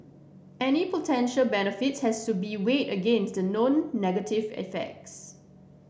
any potential benefits has to be weighed against the known negative effects